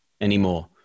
anymore